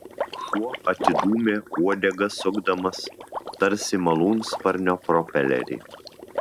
šuo atidūmė uodegą sukdamas tarsi malūnsparnio propelerį